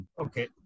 Okay